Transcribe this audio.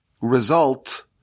result